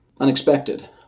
unexpected